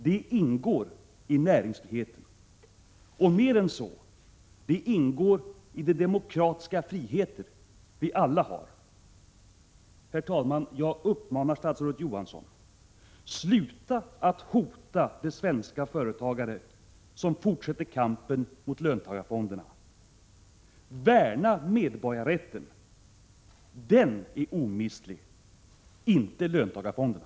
Det ingår i näringsfriheten, och mer än så, det ingår i de demokratiska friheter vi alla har. Herr talman! Jag uppmanar statsrådet Johansson: Sluta att hota de svenska företagare som fortsätter kampen mot löntagarfonderna! Värna om medborgarrätten, den är omistlig, inte löntagarfonderna!